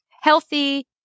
healthy